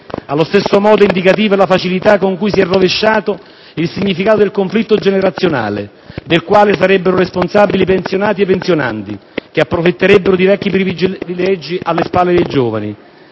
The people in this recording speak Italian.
Allo stesso modo, è indicativa la facilità con cui si è rovesciato il significato del conflitto generazionale del quale sarebbero responsabili i pensionati e i pensionandi che approfitterebbero di vecchi privilegi alle spalle dei giovani.